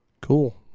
Cool